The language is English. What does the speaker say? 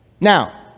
Now